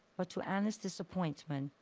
but to anna's disappointment,